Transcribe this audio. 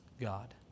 god